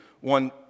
one